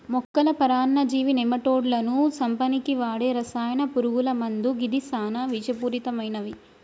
మొక్కల పరాన్నజీవి నెమటోడ్లను సంపనీకి వాడే రసాయన పురుగుల మందు గిది సానా విషపూరితమైనవి